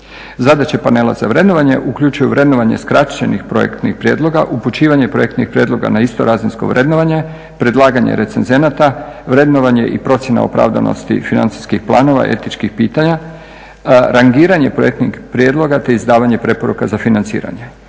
Zadaće Panela za vrednovanje uključuju vrednovanje skraćenih projektnih prijedloga, upućivanje projektnih prijedloga na istorazinsko vrednovanje, predlaganje recenzenata, vrednovanje i procjena opravdanosti financijskih planova i etičkih pitanja, rangiranje projektnih prijedloga te izdavanje preporuka za financiranje.